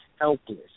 helpless